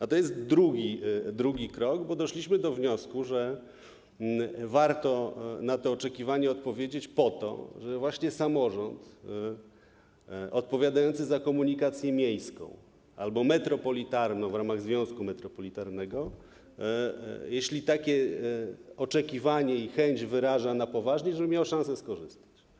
A to jest drugi krok, bo doszliśmy do wniosku, że warto na to oczekiwanie odpowiedzieć właśnie dlatego, żeby samorząd odpowiadający za komunikację miejską albo metropolitalną w ramach związku metropolitalnego, jeśli takie oczekiwanie i chęć wyraża na poważnie, to żeby miał szansę skorzystać.